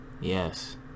yes